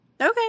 Okay